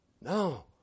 No